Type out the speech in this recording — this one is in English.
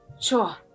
Sure